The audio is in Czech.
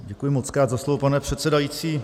Děkuji mockrát za slovo, pane předsedající.